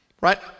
Right